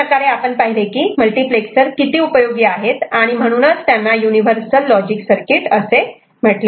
अशाप्रकारे आपण पाहिले की मल्टिप्लेक्सर किती उपयोगी आहेत आणि म्हणूनच त्यांना युनिव्हर्सल लॉजिक सर्किट असे म्हणतात